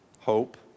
hope